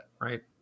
Right